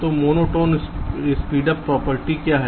तो monotone speed up property क्या है